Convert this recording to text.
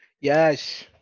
Yes